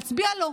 להצביע לו,